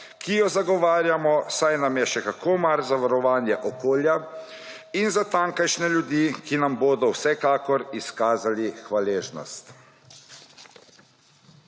ki jo zagovarjamo, saj nam je še kako mar za varovanje okolja in za tamkajšnje ljudi, ki nam bodo vsekakor izkazali hvaležnost.